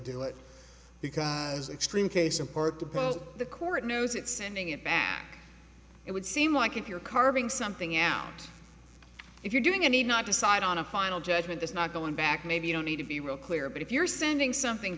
do it because extreme case import the post the court knows it's sending it back it would seem like if you're carving something out if you're doing a need not decide on a final judgment that's not going back maybe you don't need to be real clear but if you're sending something